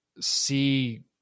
see